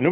Nu